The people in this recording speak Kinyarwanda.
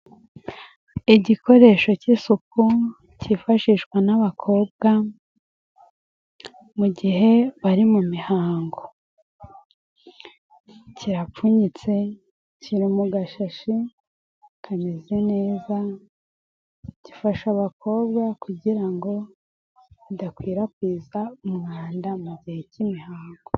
Igikoresho cy'isuku kifashishwa n'abakobwa mu gihe bari muhango. Kirapfunyitse, kiri mu gashashi kameze neza, gifasha abakobwa kugira ngo dakwirakwiza umwanda mu gihe cy'imihango.